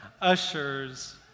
ushers